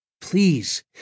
Please